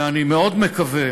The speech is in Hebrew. ואני מאוד מקווה